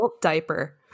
diaper